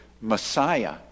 Messiah